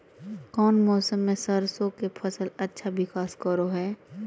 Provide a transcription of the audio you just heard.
कौन मौसम मैं सरसों के फसल अच्छा विकास करो हय?